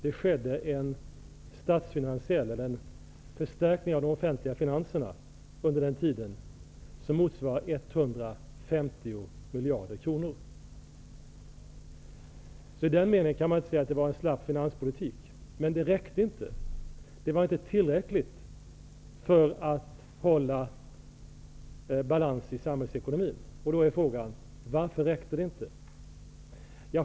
Det skedde en förstärkning av de offentliga finanserna under denna tid som motsvarar 150 miljarder kronor. I den meningen kan man alltså inte säga att det var en slapp finanspolitik. Men det räckte inte. Det var inte tillräckligt för att hålla balans i samhällsekonomin. Då är frågan: Varför räckte det inte?